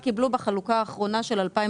אזור ובית דגן שלא היו קיבלו בחלוקה האחרונה של 2022,